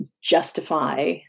justify